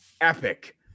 epic